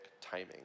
timing